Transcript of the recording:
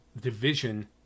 division